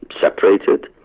separated